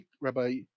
Rabbi